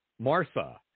Martha